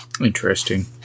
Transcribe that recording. Interesting